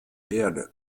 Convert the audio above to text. erde